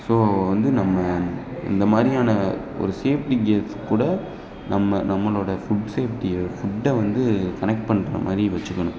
so வந்து நம்ம இந்த மாதிரியான ஒரு சேஃப்டி கியர்ஸ் கூட நம்ம நம்மளோடய ஃபுட் சேஃப்டியை ஃபுட்டை வந்து கனெக்ட் பண்ணுறா மாதிரி வைச்சுக்கணும்